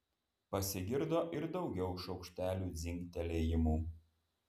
pasigirdo ir daugiau šaukštelių dzingtelėjimų